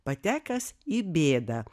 patekęs į bėdą